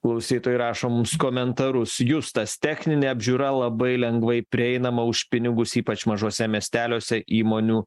klausytojai rašo mums komentarus justas techninė apžiūra labai lengvai prieinama už pinigus ypač mažuose miesteliuose įmonių